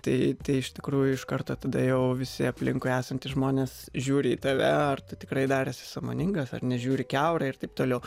tai tai iš tikrųjų iškarto tada jau visi aplinkui esantys žmonės žiūri į tave ar tu tikrai dar esi sąmoningas ar nežiūri kiaurai ir taip toliau